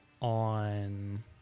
on